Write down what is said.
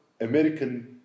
American